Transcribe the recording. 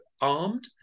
armed